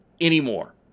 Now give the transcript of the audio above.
anymore